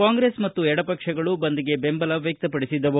ಕಾಂಗ್ರೆಸ್ ಮತ್ತು ಎಡಪಕ್ಷಗಳು ಬಂದ್ಗೆ ಬೆಂಬಲ ವ್ಯಕ್ಷಪಡಿಸಿದ್ದವು